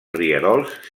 rierols